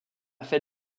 fait